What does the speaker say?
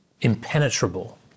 impenetrable